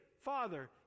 Father